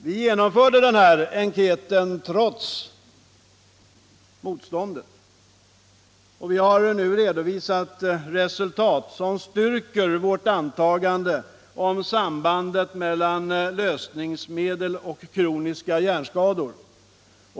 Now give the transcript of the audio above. Vi genomförde enkäten trots motståndet, och vi har nu redovisat resultat som styrker vårt antagande om sambandet mellan lösningsmedel och kroniska hjärnskador.